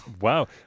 Wow